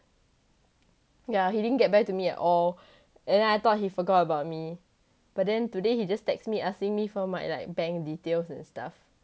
ya he didn't get back to me at all and I thought he forgot about me but then today he just text me asking me for my like bank details and stuff